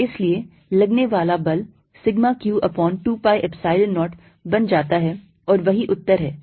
और इसलिए लगने वाला बल sigma q upon 2 pi Epsilon 0 बन जाता है और वही उत्तर है